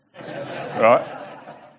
right